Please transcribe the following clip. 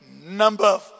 Number